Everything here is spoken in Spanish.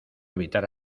evitar